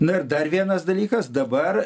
na ir dar vienas dalykas dabar